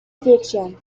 fiction